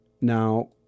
now